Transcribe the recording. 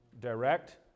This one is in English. Direct